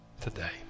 today